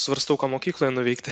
svarstau ką mokykloje nuveikti